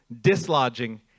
dislodging